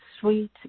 sweet